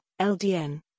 LDN